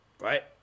Right